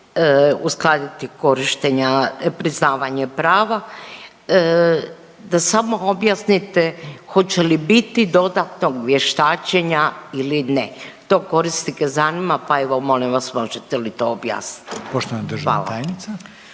uskladiti korištenja, priznavanje prava. Da samo objasnite hoće li biti dodatnog vještačenja ili ne. To korisnike zanima pa evo molim vas možete li to objasniti. **Reiner, Željko